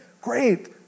Great